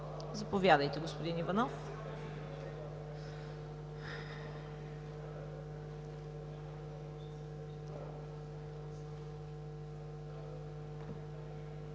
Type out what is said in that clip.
Заповядайте, господин Иванов.